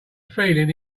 feeling